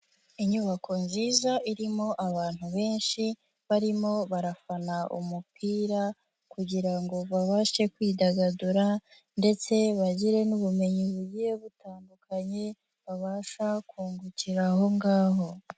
Inyubako nziza irimo abantu benshi, barimo barafana umupira kugira ngo babashe kwidagadura ndetse bagire n'ubumenyi bugiye butandukanye, babasha kungukira aho ngaho.